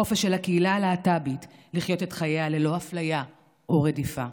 החופש של הקהילה הלהט"בית לחיות את חייה ללא אפליה או רדיפה,